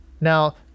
now